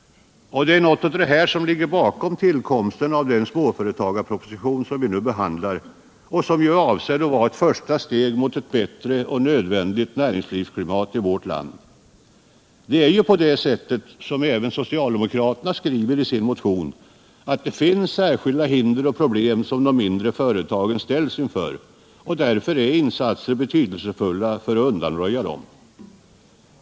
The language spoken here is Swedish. Det är något av detta som ligger bakom tillkomsten av den ”småföretagarproposition” som vi nu behandlar och som är avsedd att vara ett första steg mot — vilket är nödvändigt — ett bättre näringslivsklimat i vårt land. Det förhåller sig på det sättet, vilket även socialdemokraterna skriver i sin motion, att det finns särskilda hinder och problem som de mindre företagen ställs inför, och därför är insatser betydelsefulla för att undanröja dem.